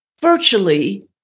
virtually